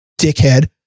dickhead